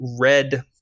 red